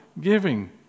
giving